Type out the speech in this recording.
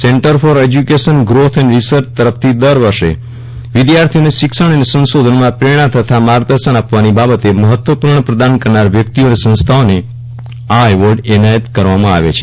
centre for education growth and research તરફથી દરવર્ષે વિદ્યાર્થીઓને શિક્ષણ અને સંશોધનમાં પ્રેરણા તથા માર્ગદર્શન આપવાની બાબતે મહત્વપૂર્ણ પ્રદાન કરનાર વ્યક્તિઓ અને સંસ્થાઓને આ એવોર્ડ એનાયત કરવામાં આવે છે